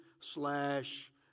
slash